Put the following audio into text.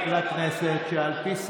הוא היה